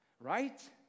right